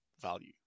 value